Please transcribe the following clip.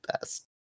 best